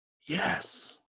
yes